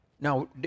Now